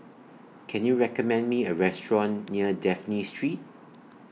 Can YOU recommend Me A Restaurant near Dafne Street